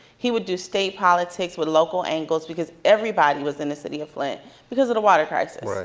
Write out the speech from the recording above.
he would do state politics with local angles because everybody was in the city of flint because of the water crisis.